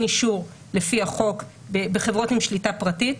אישור לפי החוק בחברות עם שליטה פרטית,